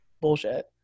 bullshit